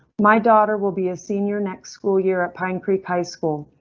my daughter will be a senior next school year at pine creek high school.